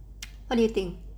what do you think